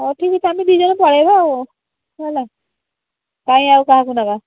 ହେଉ ଠିକ୍ ଅଛି ଆମେ ଦୁଇ ଜଣ ପଳାଇବା ହେଲା କାହିଁ ଆଉ କାହାକୁ ନେବା